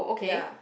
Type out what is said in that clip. ya